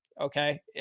Okay